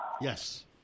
Yes